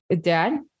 Dad